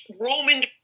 Roman